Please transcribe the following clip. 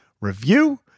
review